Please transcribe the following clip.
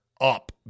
up